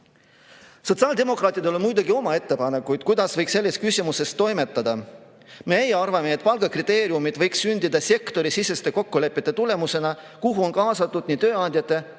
Sotsiaaldemokraatidel on muidugi oma ettepanekuid, kuidas võiks selles küsimuses toimetada. Meie arvame, et palgakriteeriumid võiks sündida sektorisiseste kokkulepete tulemusena, kuhu on kaasatud nii tööandjate